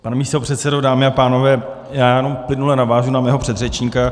Pane místopředsedo, dámy a pánové, já jenom plynule navážu na svého předřečníka.